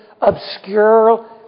obscure